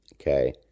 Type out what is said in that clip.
Okay